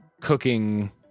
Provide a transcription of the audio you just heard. cooking